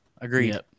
agreed